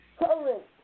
current